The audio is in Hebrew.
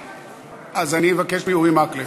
אז אני מבקש מאורי מקלב.